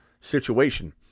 situation